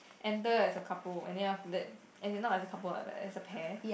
enter as a couple and then after that as in not as a couple but as a pair